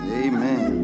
amen